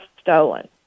stolen